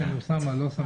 כן, אוסאמה, לא חיים.